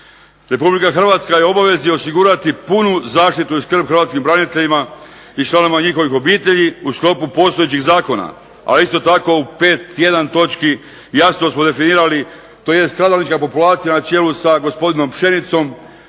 solidarnosti. RH je obvezna osigurati punu zaštitu i skrb hrvatskim braniteljima i članovima njihovih obitelji u sklopu postojećih zakona. Ali isto tako u 51. točki jasno smo definirali tj. stradalnička populacija na čelu sa gospodinom Pšenicom,